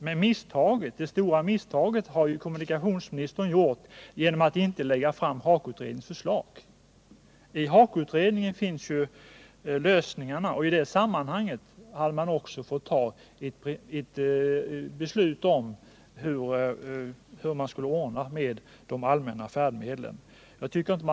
Men det stora miss taget har kommunikationsministern gjort genom att inte lägga fram HAKO-utredningens förslag. I det finns lösningarna, och i det sammanhanget hade man fått ta ett beslut om hur de allmänna färdmedlen skall ordnas.